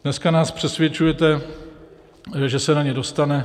Dneska nás přesvědčujete, že se na ně dostane.